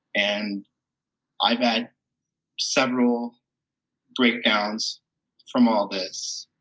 and i've had several breakdowns from all this.